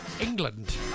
England